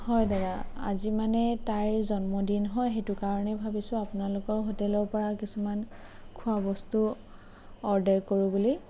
হয় দাদা আজি মানে তাইৰ জন্মদিন হয় সেইটো কাৰণে ভাবিছোঁ আপোনালোকৰ হোটেলৰ পৰা কিছুমান খোৱা বস্তু অৰ্ডাৰ কৰোঁ বুলি